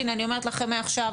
הינה אני אומרת לכם מעכשיו,